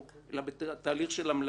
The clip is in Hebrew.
אלא בתהליך של המלצה.